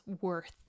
worth